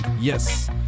yes